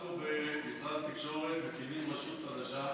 אנחנו במשרד התקשורת מקימים רשות חדשה